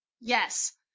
Yes